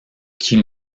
qu’il